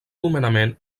nomenament